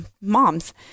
moms